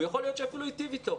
יכול להיות שהוא גם היטיב איתו,